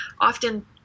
often